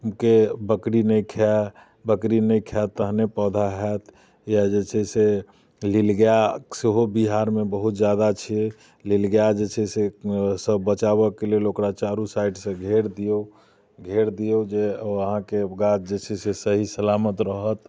के बकरी नहि खाय बकरी नहि खायत तखने पौधा होयत इएह जे छै से नील गाए सेहो बिहारमे बहुत ज्यादा छियै नील गाए जे छै से सभ बचावयके लेल ओकरा चारू साइडसँ घेर दियौ घेर दियौ जे अहाँके गाछ जे छै से सही सलामत रहत